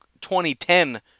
2010